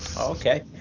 okay